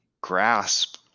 grasp